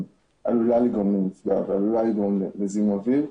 עלולה לגרום למפגע ועלולה לגרום לזיהום אוויר,